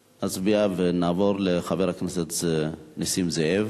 נצביע, ונעבור לחבר הכנסת נסים זאב.